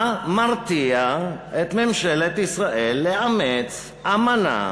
מה מרתיע את ממשלת ישראל מלאמץ אמנה